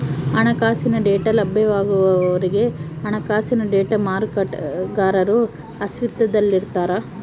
ಹಣಕಾಸಿನ ಡೇಟಾ ಲಭ್ಯವಾಗುವವರೆಗೆ ಹಣಕಾಸಿನ ಡೇಟಾ ಮಾರಾಟಗಾರರು ಅಸ್ತಿತ್ವದಲ್ಲಿರ್ತಾರ